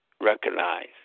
recognize